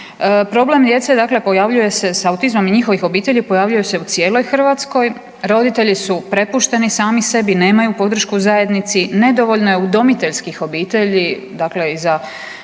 Problem djece dakle pojavljuje se sa autizmom i njihovih obitelji pojavljuje se u cijeloj Hrvatskoj. Roditelji su prepušteni sami sebi. Nemaju podršku u zajednici, nedovoljno je udomiteljskih obitelji dakle i za